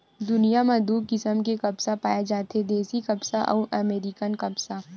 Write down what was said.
दुनिया म दू किसम के कपसा पाए जाथे देसी कपसा अउ अमेरिकन कपसा